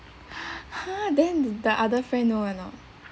ha then the other friend know or not